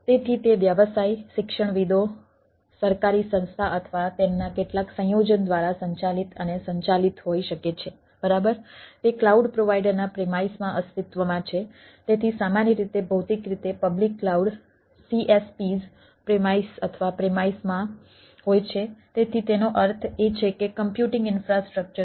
તેથી તે વ્યવસાય શિક્ષણવિદો સરકારી સંસ્થા અથવા તેમના કેટલાક સંયોજન દ્વારા સંચાલિત અને સંચાલિત હોઈ શકે છે બરાબર